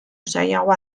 zailagoa